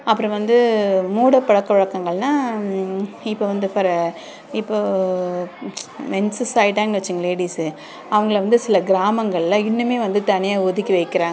அப்புறம் வந்து மூட பழக்க வழக்கங்கள்னா இப்போது வந்து இப்போது மென்சஸ் ஆகிட்டாங்கன்னு வச்சிக்கங்களேன் லேடிஸு அவங்கள வந்து சில கிராமங்களில் இன்னும் வந்து தனியாக ஒதுக்கி வைக்கிறாங்க